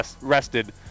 rested